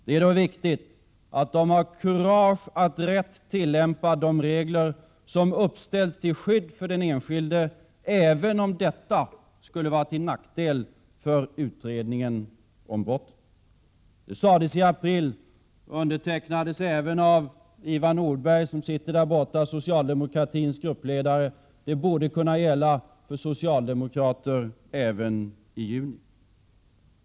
Det är då viktigt att de har kurage att rätt tillämpa de regler som uppställts till skydd för den enskilde även om detta skulle vara till nackdel för utredningen om brottet.” Detta sades i april — och undertecknades även av Ivar Nordberg, socialdemokraternas gruppledare, som nu finns här i kammaren — och det borde gälla för socialdemokraterna också nu i juni.